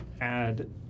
add